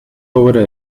obra